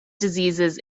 diseases